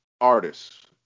artists